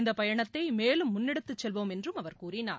இந்தப் பயணத்தை மேலும் முன்னெடுத்துச் செல்வோம் என்றும் அவர் கூறினார்